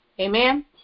Amen